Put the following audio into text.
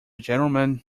gentleman